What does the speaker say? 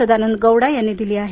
सदानंद गौडा यांनी दिली आहे